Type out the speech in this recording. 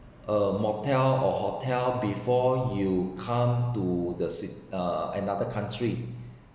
a motel or hotel before you come to the ci~ uh another country